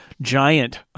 giant